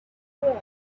warm